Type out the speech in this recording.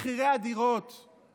מה עשיתם